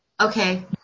okay